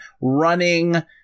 running